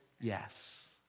yes